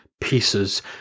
pieces